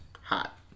hot